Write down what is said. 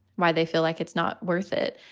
why they feel like it's not worth it.